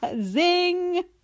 Zing